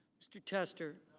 mr. tessler.